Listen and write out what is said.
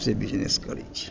से business करै छी